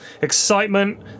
excitement